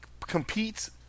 competes